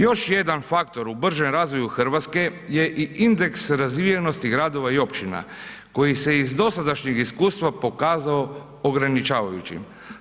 Još jedan faktor u bržem razvoju RH je i indeks razvijenosti gradova i općina koji se iz dosadašnjeg iskustva pokazao ograničavajućim.